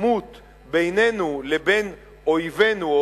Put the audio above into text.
עימות בינינו לבין אויבינו,